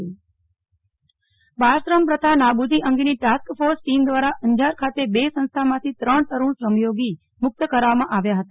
નેહલ ઠક્કર અંજાર તરુણ શ્રમયોગી બાળશ્રમ પ્રથા નાબૂદી અંગેની ટાસ્ક ફોર્સ ટીમ દ્વારા અંજાર ખાતે બે સંસ્થામાંથી ત્રણ તરુણ શ્રમયોગી મુક્ત કરાવવામાં આવ્યા હતા